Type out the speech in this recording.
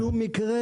בשום מקרה.